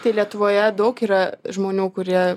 tai lietuvoje daug yra žmonių kurie